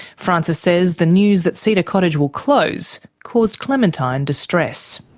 francis says the news that cedar cottage will close caused clementine distress.